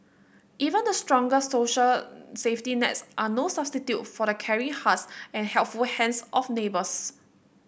even the strongest social safety nets are no substitute for the caring hearts and helpful hands of neighbours